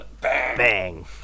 bang